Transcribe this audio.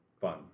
fun